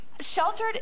Sheltered